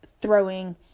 throwing